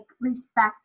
respect